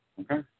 okay